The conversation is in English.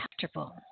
comfortable